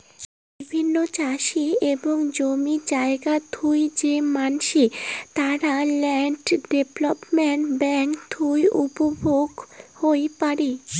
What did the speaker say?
বিভিন্ন চাষি এবং জমি জায়গা থুই যে মানসি, তারা ল্যান্ড ডেভেলপমেন্ট বেঙ্ক থুই উপভোগ হই পারে